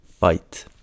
fight